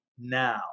now